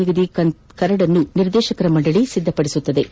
ನಿಗದಿ ಕರಡನ್ನು ನಿರ್ದೇಶಕರ ಮಂಡಳಿ ಸಿದ್ದಪಡಿಸಲಿದೆ ಎಂದರು